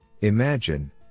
Imagine